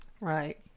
Right